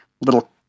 little